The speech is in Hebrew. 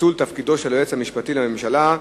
פיצול תפקידו של היועץ המשפטי לממשלה,